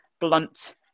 blunt